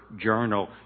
journal